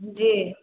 जी